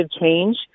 change